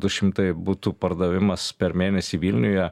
du šimtai butų pardavimas per mėnesį vilniuje